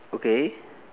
okay